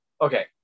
okay